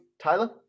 Tyler